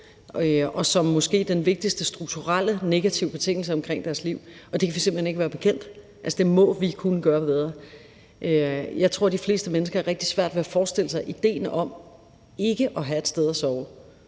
og som den måske vigtigste strukturelle negative betingelse i deres liv, og det kan vi simpelt hen ikke være bekendt; det må vi kunne gøre bedre. Jeg tror, de fleste mennesker har rigtig svært ved at forestille sig idéen om ikke at have et sted at sove